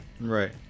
Right